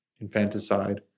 infanticide